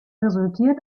resultiert